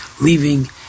leaving